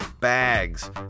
bags